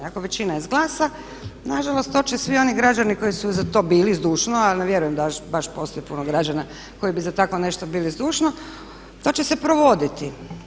Ako većina izglasa na žalost to će svi oni građani koji su za to bili zdušno, ali ne vjerujem da baš postoji puno građana koji bi za tako nešto bili zdušno to će se provoditi.